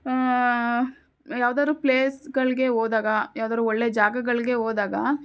ಯಾವ್ದಾದ್ರು ಪ್ಲೇಸ್ಗಳಿಗೆ ಹೋದಾಗ ಯಾವ್ದಾದ್ರು ಒಳ್ಳೆ ಜಾಗಗಳಿಗೆ ಹೋದಾಗ